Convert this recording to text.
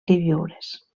queviures